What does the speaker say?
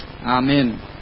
Amen